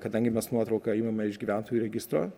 kadangi mes nuotrauką imame iš gyventojų registro